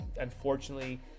unfortunately